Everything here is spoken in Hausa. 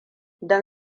don